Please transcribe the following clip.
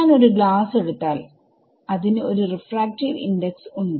ഞാൻ ഒരു ഗ്ലാസ് എടുത്താൽ അതിന് ഒരു റെഫ്രാക്റ്റീവ് ഇണ്ടെക്സ് ഉണ്ട്